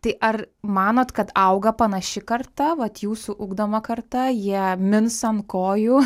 tai ar manot kad auga panaši karta vat jūsų ugdoma karta jie mins ant kojų